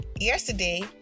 yesterday